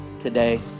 today